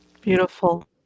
Beautiful